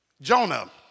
Jonah